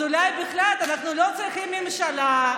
אז אולי בכלל אנחנו לא צריכים ממשלה,